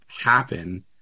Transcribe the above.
happen